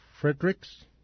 Fredericks